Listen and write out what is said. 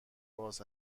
باز